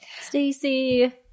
stacy